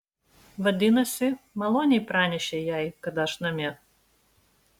vadinasi maloniai pranešei jai kad aš namie